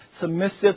submissive